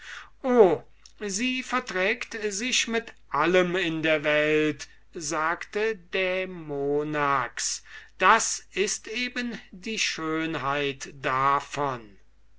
o sie verträgt sich mit allem in der welt sagte dämonax dies ist eben die schönheit davon